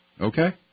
Okay